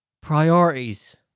Priorities